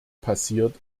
passiert